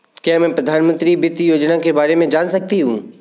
क्या मैं प्रधानमंत्री वित्त योजना के बारे में जान सकती हूँ?